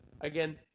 again